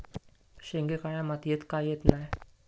शेंगे काळ्या मातीयेत का येत नाय?